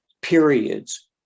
periods